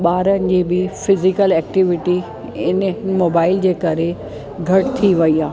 ॿारनि जी बि फिजिकल एक्टिविटी इन मोबाइल जे करे घटि थी वई आहे